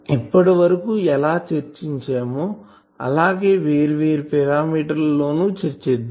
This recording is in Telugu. ఇప్పటి వరకు ఎలా చర్చించామో అలాగే వేర్వేరు పారామీటర్ లు ను చర్చిద్దాం